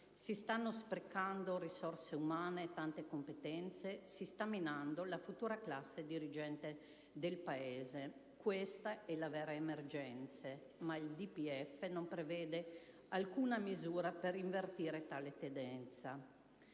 si stanno sprecando tante risorse umane e tante competenze, si sta minando la futura classe dirigente del Paese. Questa è la vera emergenza, ma la DFP non prevede alcuna misura per invertire tale tendenza.